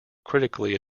critically